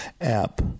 app